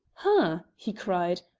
ha! he cried,